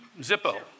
Zippo